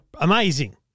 amazing